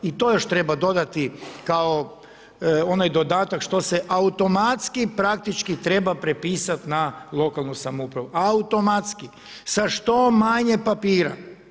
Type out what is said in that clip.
I to još treba dodati kao onaj dodatak što se automatski praktički treba prepisati na lokalnu samoupravu, automatski sa što manje papira.